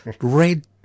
Red